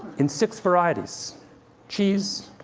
in six varieties cheese,